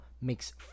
makes